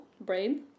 brain